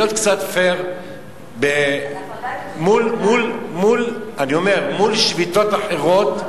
להיות קצת פייר מול שביתות אחרות,